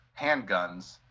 handguns